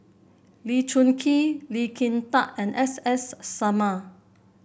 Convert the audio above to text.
Lee Choon Kee Lee Kin Tat and S S Sarma